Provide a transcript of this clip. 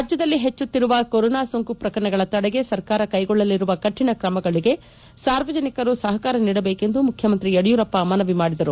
ರಾಜ್ಕದಲ್ಲಿ ಹೆಚ್ಚುತ್ತಿರುವ ಕೊರೊನಾ ಸೋಂಕು ಪ್ರಕರಣಗಳ ತಡೆಗೆ ಸರ್ಕಾರ ಕೈಗೊಳ್ಳಲಿರುವ ಕಠಿಣ ಕ್ರಮಗಳಿಗೆ ಸಾರ್ವಜನಿಕರು ಸಹಕಾರ ನೀಡಬೇಕು ಎಂದು ಮುಖ್ಯಮಂತ್ರಿ ಯಡಿಯೂರಪ್ಪ ಮನವಿ ಮಾಡಿದರು